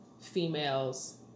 females